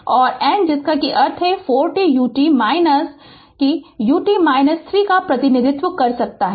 और n जिसका अर्थ है 4 t ut और - कि ut 3 का प्रतिनिधित्व कर सकता है